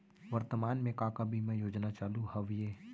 वर्तमान में का का बीमा योजना चालू हवये